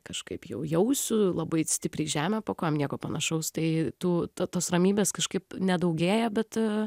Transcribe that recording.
kažkaip jau jausiu labai stipriai žemę po kojom nieko panašaus tai tu tos ramybės kažkaip nedaugėja bet